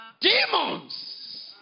demons